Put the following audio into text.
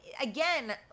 again